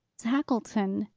tackleton,